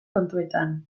kontuetan